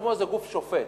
כמו איזה גוף שופט.